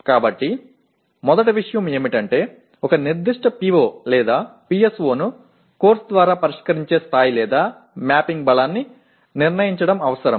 எனவே முதல் விஷயம் என்னவென்றால் ஒரு குறிப்பிட்ட PO அல்லது PSO பாடத்தின் மூலம் விவரிக்கப்படும் பாடநெறியின் வலிமையின் அளவை அல்லது கோப்பிடுடப்படும் வலிமையை தீர்மானிக்க வேண்டியது அவசியம்